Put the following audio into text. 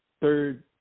third